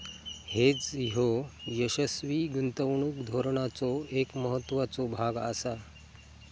hedge ह्यो यशस्वी गुंतवणूक धोरणाचो एक महत्त्वाचो भाग आसा